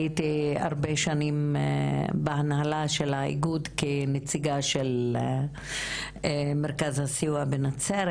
הייתי הרבה שנים בהנהלה של האיגוד כנציגה של מרכז הסיוע בנצרת.